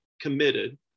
committed